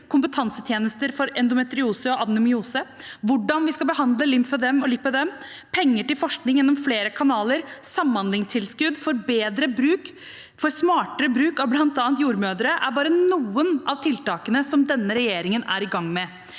kompetansetjenester for endometriose og adenomyose, hvordan vi skal behandle lymfødem og lipødem, penger til forskning gjennom flere kanaler, samhandlingstilskudd for smartere bruk av bl.a. jordmødre, er bare noen av tiltakene som denne regjeringen er i gang med.